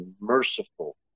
merciful